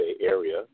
Area